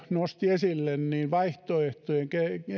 nosti esille vaihtoehtojen